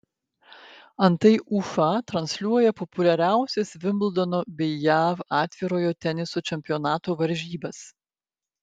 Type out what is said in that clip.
antai ufa transliuoja populiariausias vimbldono bei jav atvirojo teniso čempionato varžybas